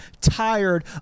tired